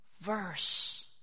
verse